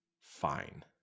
fine